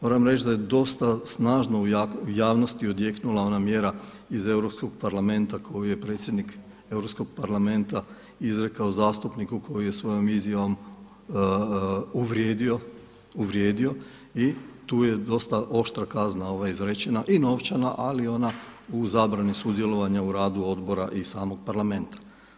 Moram reći da je dosta snažno u javnosti odjeknula ona mjera iz Europskog parlamenta koju je predsjednik Europskog parlamenta izrekao zastupniku koji je svojom izjavom uvrijedio, uvrijedio i tu je dosta oštra kazna izrečena i novčana ali i ona u zabrani sudjelovanja u radu odbora i samog parlamenta.